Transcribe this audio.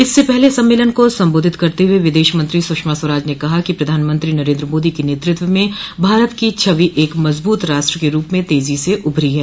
इससे पहले सम्मेलन को सम्बोधित करते हुए विदेश मंत्री सुषमा स्वराज ने कहा कि प्रधानमंत्री नरेन्द्र मोदी के नेतृत्व में भारत की छवि एक मजबूत राष्ट्र के रूप में तेजी से उभरी है